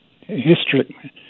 history